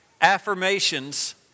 affirmations